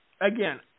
again